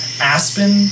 Aspen